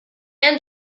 and